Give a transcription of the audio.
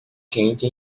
quente